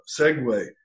segue